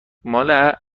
ماله